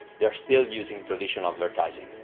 they're still using traditional advertising.